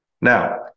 Now